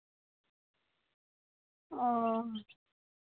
ᱚᱻ